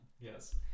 Yes